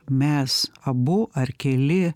mes abu ar keli